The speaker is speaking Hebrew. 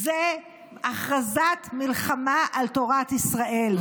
זאת הכרזת מלחמה על תורת ישראל,